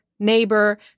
neighbor